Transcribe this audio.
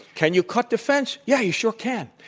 can you cut defense? yeah, you sure can.